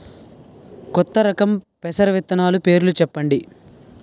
కొత్త రకం పెసర విత్తనాలు పేర్లు చెప్పండి?